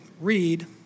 read